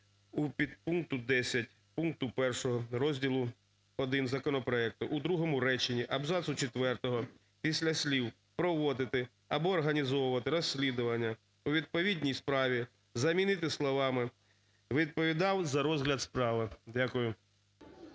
У підпункті 10 пункту 1 розділу I законопроекту в другому реченні абзацу четвертого після слів "проводити або організовувати розслідування у відповідній справі" замінити словами "відповідав за розгляд справи". Дякую.